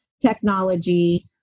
technology